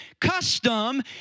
custom